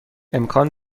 امکان